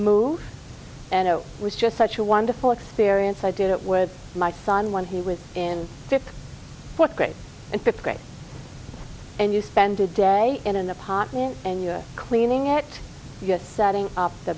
move and it was just such a wonderful experience i did it with my son when he was in fifth grade and fifth grade and you spend a day in an apartment and you're cleaning it yes setting